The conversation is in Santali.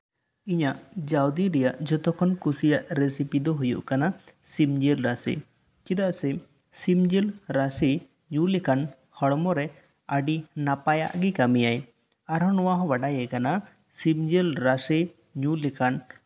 ᱤᱧᱟᱹᱜ ᱡᱟᱣᱫᱤᱱ ᱨᱮᱭᱟᱜ ᱡᱚᱛᱚᱠᱷᱚᱱ ᱠᱩᱥᱤᱭᱟᱱ ᱨᱮᱥᱤᱯᱤ ᱫᱚ ᱦᱩᱭᱩᱜ ᱠᱟᱱᱟ ᱥᱤᱢ ᱡᱤᱞ ᱨᱟᱥᱮ ᱪᱮᱫᱟᱜ ᱥᱮ ᱥᱤᱢ ᱡᱤᱞ ᱨᱟᱥᱮ ᱧᱩ ᱞᱮᱠᱷᱟᱱ ᱦᱚᱲᱢᱚ ᱨᱮ ᱟ ᱰᱤ ᱱᱟᱯᱟᱭᱟᱜ ᱜᱮᱭ ᱠᱟ ᱢᱤᱭᱟᱭ ᱟᱨᱦᱚᱸ ᱱᱚᱣᱟ ᱦᱚᱸ ᱵᱟᱰᱟᱭᱟᱠᱟᱱᱟ ᱥᱤᱢ ᱡᱤᱞ ᱨᱟᱥᱮ ᱧᱩ ᱞᱮᱠᱷᱟᱱ